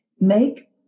Make